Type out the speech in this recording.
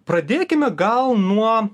pradėkime gal nuo